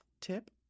tip